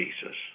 Jesus